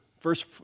first